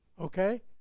okay